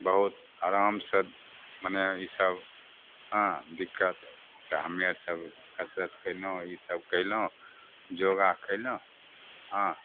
बहुत आराम से मने ईसब हँ दिक्कत तऽ हमे आर सब कसरत केलहुॅं ईसब केलहुॅं योगा कैलहुॅं हँ